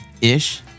ish